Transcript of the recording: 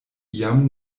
jam